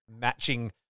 matching